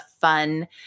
fun